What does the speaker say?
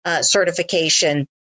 certification